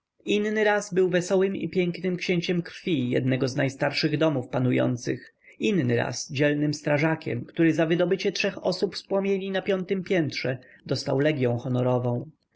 inny raz był wesołym i pięknym księciem krwi jednego z najstarszych domów panujących inny raz dzielnym strażakiem który za wydobycie trzech osób z płomieni na piątem piętrze dostał legią honorową